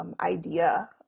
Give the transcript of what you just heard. idea